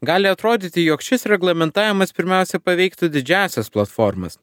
gali atrodyti jog šis reglamentavimas pirmiausia paveiktų didžiąsias platformas